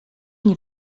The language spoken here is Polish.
nie